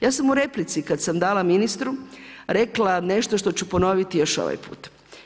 Ja sam u replici kad sam dala ministru rekla nešto što ću ponoviti još ovaj puta.